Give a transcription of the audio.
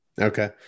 Okay